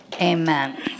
Amen